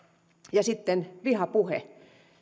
sitten vihapuhe